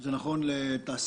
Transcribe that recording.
זה נכון לתעשייה,